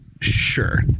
Sure